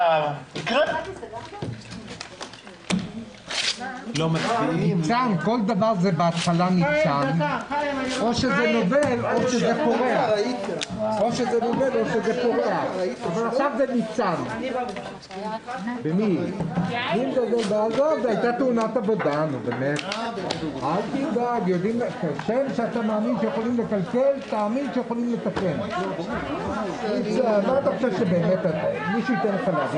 13:40.